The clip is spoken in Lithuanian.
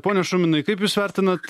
pone šuminai kaip jūs vertinat